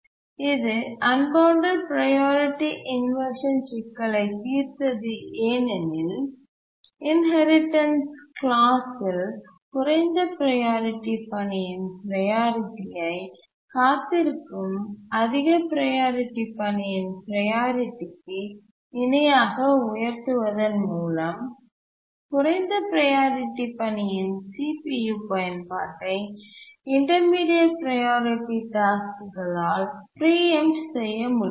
இது unbounded priority inversion சிக்கலைத் தீர்த்தது ஏனெனில் இன்ஹெரிடன்ஸ் கிளாஸ் ல் குறைந்த ப்ரையாரிட்டி பணியின் ப்ரையாரிட்டி ஐ காத்திருக்கும் அதிக ப்ரையாரிட்டி பணியின் ப்ரையாரிட்டி க்கு இணையாக உயர்த்துவதன் மூலம் குறைந்த ப்ரையாரிட்டி பணியின் CPU பயன்பாட்டை இன்டர்மீடியட் ப்ரையாரிட்டி டாஸ்க் களால் பிரீஎம்ட் செய்ய முடியாது